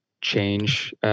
change